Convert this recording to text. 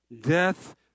death